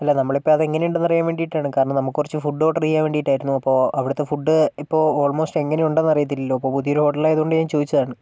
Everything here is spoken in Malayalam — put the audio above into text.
അല്ല നമ്മളിപ്പോൾ അതെങ്ങനെയുണ്ടെന്ന് അറിയാൻ വേണ്ടിയിട്ടാണ് കാരണം നമുക്ക് കുറച്ച് ഫുഡ് ഓർഡർ ചെയ്യാൻ വേണ്ടിയിട്ടായിരുന്നു അപ്പോൾ അവിടുത്തെ ഫുഡ് ഇപ്പോൾ ഓൾമോസ്റ്റ് എങ്ങനെയുണ്ട് എന്ന് അറിയത്തില്ലല്ലോ പുതിയൊരു ഹോട്ടൽ ആയതുകൊണ്ട് ഞാൻ ചോദിച്ചതാണ്